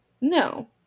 No